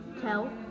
tell